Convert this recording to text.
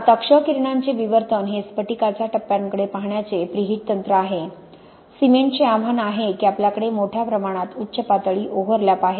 आता क्ष किरणांचे विवर्तन हे स्फटिकाच्या टप्प्यांकडे पाहण्याचे प्रीहीट तंत्र आहे सिमेंटचे आव्हान आहे की आपल्याकडे मोठ्या प्रमाणात उच्च पातळी ओव्हरलॅप आहे